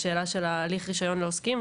של הליך רישיון לעוסקים,